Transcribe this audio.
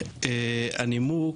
הנימוק,